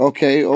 Okay